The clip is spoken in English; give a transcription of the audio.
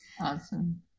Awesome